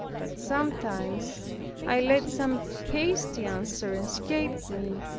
but sometimes i let some hasty answer escape me,